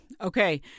Okay